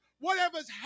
whatever's